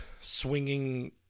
swinging